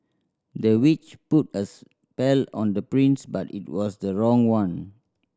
the witch put a spell on the prince but it was the wrong one